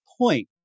point